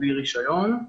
בלי רישיון,